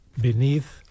beneath